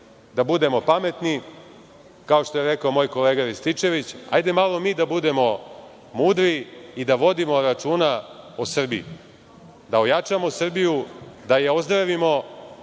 da budemo pametni, kao što je rekao moj kolega Rističević, hajde malo mi da budemo mudri i da vodimo računa o Srbiji, da ojačamo Srbiju, da je ozdravimo.